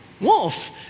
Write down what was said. wolf